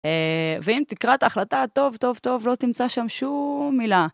ואם תקרא את ההחלטה, טוב, טוב, טוב, לא תמצא שם שום מילה.